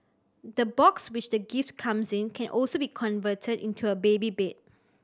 the box which the gift comes in can also be converted into a baby bed